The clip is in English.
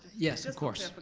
yes, of course. but